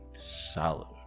solid